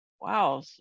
Wow